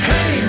Hey